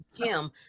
Kim